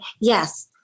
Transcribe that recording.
yes